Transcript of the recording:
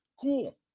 Cool